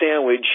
sandwich